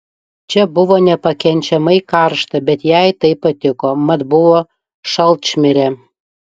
čia buvo nepakenčiamai karšta bet jai tai patiko mat buvo šalčmirė